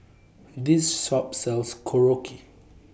This Shop sells Korokke